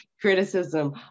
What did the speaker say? criticism